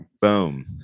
Boom